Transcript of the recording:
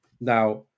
Now